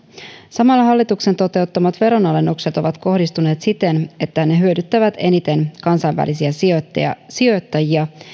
samalla hallituksen toteuttamat veronalennukset ovat kohdistuneet siten että ne hyödyttävät eniten kansainvälisiä sijoittajia sijoittajia